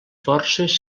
forces